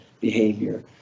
behavior